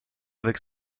avec